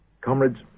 comrades